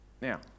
Now